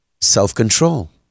self-control